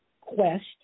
quest